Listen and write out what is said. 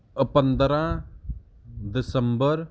ਅ ਪੰਦਰਾਂ ਦਸੰਬਰ